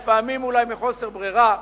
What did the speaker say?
לפעמים אולי מחוסר ברירה,